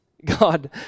God